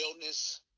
illness